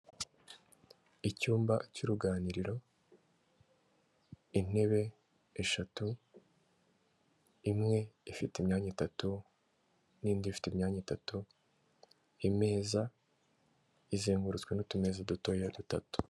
Icyumba cy'uruganiriro intebe eshatu, imwe ifite imyanya itatu n'indi ifite imyanya itatu, imeza izengurutswe n'utumeza dutoya dutatu.